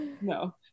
no